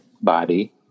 body